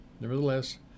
Nevertheless